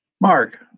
Mark